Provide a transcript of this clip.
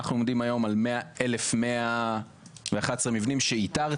אנחנו עומדים היום על 1,111 מבנים שאיתרתם,